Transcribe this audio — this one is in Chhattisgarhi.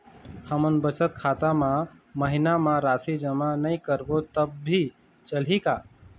हमन बचत खाता मा महीना मा राशि जमा नई करबो तब भी चलही का?